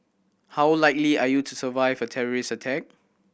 how likely are you to survive a terrorist attack